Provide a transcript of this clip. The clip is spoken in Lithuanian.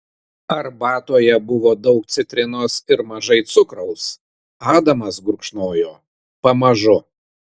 arbatoje buvo daug citrinos ir mažai cukraus adamas gurkšnojo pamažu